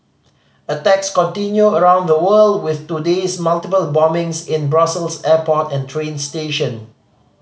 attacks continue around the world with today's multiple bombings in Brussels airport and train station